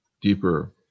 deeper